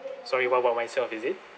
sorry what about myself is it